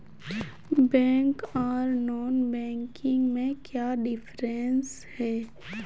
Bank आर non banking में क्याँ डिफरेंस है?